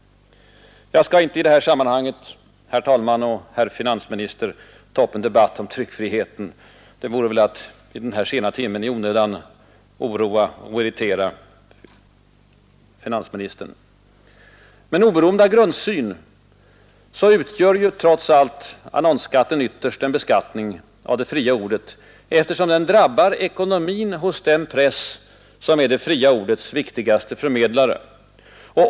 Jag skall inte i det här sammanhanget, herr talman och herr finansminister, ta upp en debatt om tryckfriheten. Det vore väl att i den här sena timmen i onödan oroa och irritera finansministern. Men oberoende av grundsyn utgör trots allt annonsskatten ytterst en beskattning av det fria ordet, eftersom den drabbar ekonomin hos den press som är det fria ordets viktigaste förmedlare.